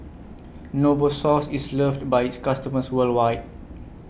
Novosource IS loved By its customers worldwide